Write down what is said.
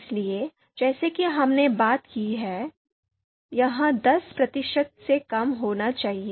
इसलिए जैसा कि हमने बात की है यह दस प्रतिशत से कम होना चाहिए